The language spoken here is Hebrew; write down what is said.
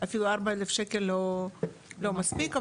ו-4,000 שקל אפילו לא מספיקים.